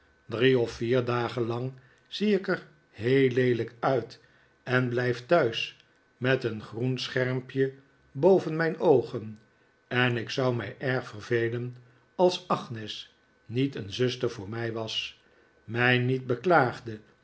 drie of vier dagen lang zie ik er heel leelijk uit en blijf thuis met een groen schermpje boven mijn oogen en ik zou mij erg vervelen als agnes niet een zuster voor mij was mij niet beklaagde